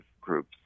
groups